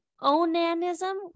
onanism